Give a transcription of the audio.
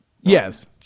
Yes